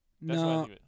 No